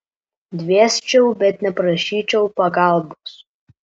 dvėsčiau bet neprašyčiau pagalbos